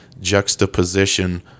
juxtaposition